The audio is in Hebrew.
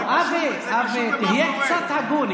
לא, אבי, תהיה קצת הגון.